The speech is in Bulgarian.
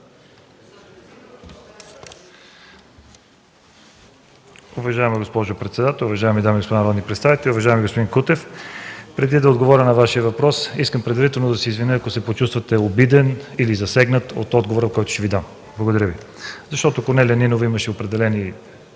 Уважаема госпожо председател, уважаеми дами и господа народни представители! Уважаеми господин Кутев, преди да отговоря на Вашия въпрос, искам предварително да се извиня, ако се почувствате обиден или засегнат от отговора, който ще Ви дам, благодаря Ви. (Реплики.) Защото Корнелия Нинова имаше определени